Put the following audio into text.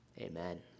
Amen